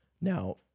Now